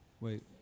Wait